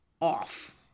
off